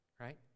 right